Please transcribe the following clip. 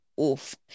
oof